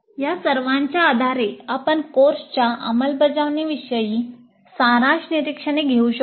या सर्वांच्या आधारे आपण कोर्सच्या "अंमलबजावणी" विषयी सारांश निरीक्षणे घेऊ शकतो